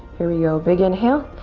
here we go, big inhale.